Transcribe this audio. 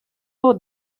ole